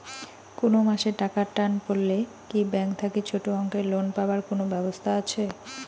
কুনো মাসে টাকার টান পড়লে কি ব্যাংক থাকি ছোটো অঙ্কের লোন পাবার কুনো ব্যাবস্থা আছে?